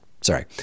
Sorry